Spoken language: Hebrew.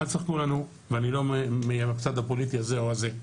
אני לא מצד פוליטי זה או זה.